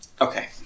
Okay